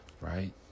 right